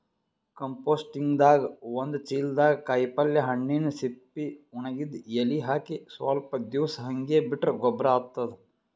ಕಂಪೋಸ್ಟಿಂಗ್ದಾಗ್ ಒಂದ್ ಚಿಲ್ದಾಗ್ ಕಾಯಿಪಲ್ಯ ಹಣ್ಣಿನ್ ಸಿಪ್ಪಿ ವಣಗಿದ್ ಎಲಿ ಹಾಕಿ ಸ್ವಲ್ಪ್ ದಿವ್ಸ್ ಹಂಗೆ ಬಿಟ್ರ್ ಗೊಬ್ಬರ್ ಆತದ್